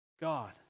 God